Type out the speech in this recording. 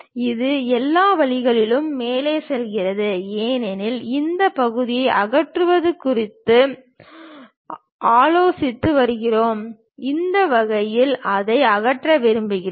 இது எல்லா வழிகளிலும் மேலே செல்கிறது ஏனெனில் இந்த பகுதியை அகற்றுவது குறித்து ஆலோசித்து வருகிறோம் அந்த வகையில் அதை அகற்ற விரும்புகிறோம்